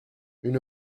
une